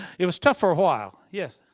it was tough for awhile. yes.